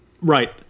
Right